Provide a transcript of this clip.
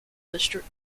district